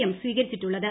M സ്വീകരിച്ചിട്ടുള്ളത്